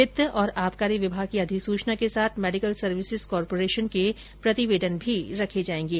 वित्त और आबकारी विभाग की अधिसूचना के साथ मेडिकल सर्विसेज कॉर्पोरेशन के प्रतिवेदन भी रखे जायेंगे